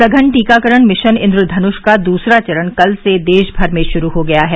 सघन टीकाकरण मिशन इन्द्रधनुष का दूसरा चरण कल से देशभर में शुरू हो गया है